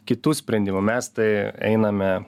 kitų sprendimų mes tai einame